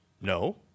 No